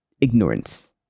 ignorance